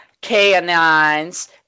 canines